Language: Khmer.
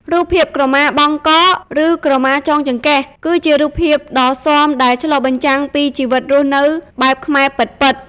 រូបភាពក្រមាបង់ក ឬក្រមាចងចង្កេះ គឺជារូបភាពដ៏ស៊ាំដែលឆ្លុះបញ្ចាំងពីជីវិតរស់នៅបែបខ្មែរពិតៗ។